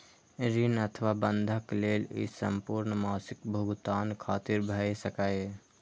ऋण अथवा बंधक लेल ई संपूर्ण मासिक भुगतान खातिर भए सकैए